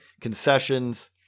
concessions